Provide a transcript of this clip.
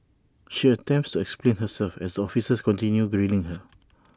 she attempts explain herself as officers continue grilling her